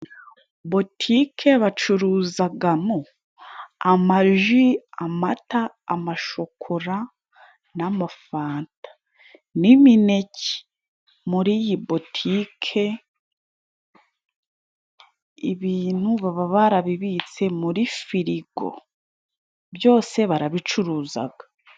Botike bacuruzamo amaji, amata, amashokora n'amafanta ni imineke, muri iyi botike ibintu baba barabibitse muri firigo, byose barabicuruza.